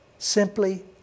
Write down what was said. Simply